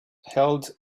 held